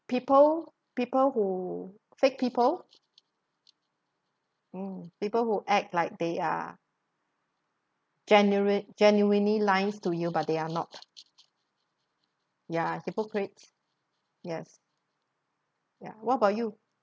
people people who fake people people who act like they are genera~ genuinely nice to you but they are not ya hypocrites yes ya what about you